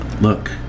Look